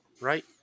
Right